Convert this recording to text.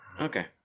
Okay